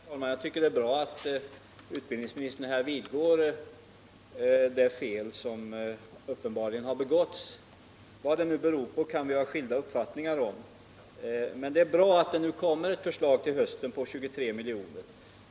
Herr talman! Jag tycker det är bra att utbildningsministern vidgår det fel som uppenbarligen har gjorts. Vad det nu beror på kan vi ha skilda uppfattningar om, med det är bra att det kommer ett förslag till hösten på 23 miljoner.